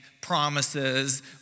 promises